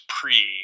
pre